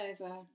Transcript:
over